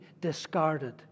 discarded